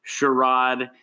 Sherrod